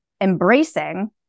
embracing